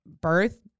birth